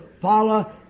follow